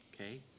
Okay